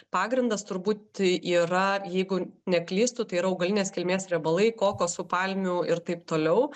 pagrindas turbūt yra jeigu neklystu tai yra augalinės kilmės riebalai kokosų palmių ir taip toliau